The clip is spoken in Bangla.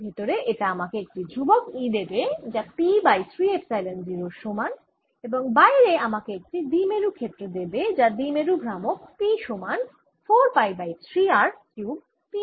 ভেতরে এটা আমাকে একটি ধ্রুবক e দেবে যা P বাই 3 এপসাইলন 0 এর সমান এবং বাইরে আমাকে একটি দ্বি মেরু ক্ষেত্র দেবে যার দ্বি মেরু ভ্রামক p সমান 4 pi by 3 r cube P হয়